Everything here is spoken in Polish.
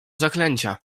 zaklęcia